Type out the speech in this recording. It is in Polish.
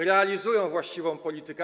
realizują właściwą politykę.